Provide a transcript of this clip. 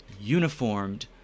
uniformed